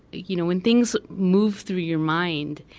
you know when things move through your mind,